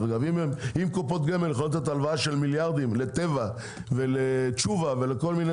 אם קופות גמל יכולות לתת הלוואה של מיליארדים לטבע ולתשובה ולכל מיני